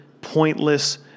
pointless